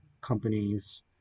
companies